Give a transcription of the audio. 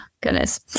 goodness